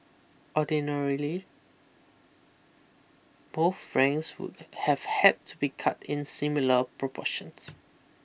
ordinarily both franks would have had to be cut in similar proportions